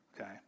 okay